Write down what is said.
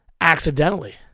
accidentally